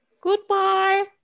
Goodbye